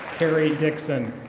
terry dickson.